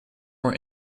more